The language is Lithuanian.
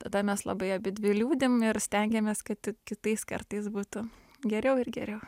tada mes labai abidvi liūdim ir stengiamės kad kitais kartais būtų geriau ir geriau